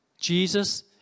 Jesus